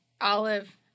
Olive